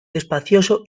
despacioso